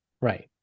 right